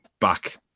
back